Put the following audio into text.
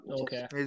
Okay